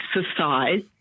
exercise